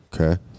Okay